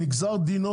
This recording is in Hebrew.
נגזר דינו,